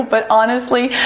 but honestly,